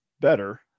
better